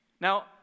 Now